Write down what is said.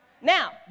Now